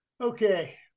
Okay